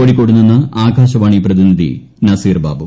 കോഴിക്കോട് നിന്ന് ആകാശവാണി പ്രതിനിധി നസീർ ബാബു